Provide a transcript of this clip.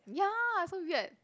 ya so weird